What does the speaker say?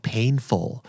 Painful